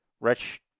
Rich